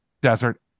desert